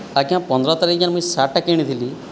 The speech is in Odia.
ଆଜ୍ଞା ପନ୍ଦର ତାରିଖ ଯେଉଁ ମୁଁ ସାର୍ଟଟା କିଣି ଥିଲି